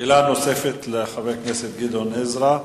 שאלה נוספת לחבר הכנסת גדעון עזרא.